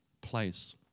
place